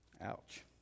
Ouch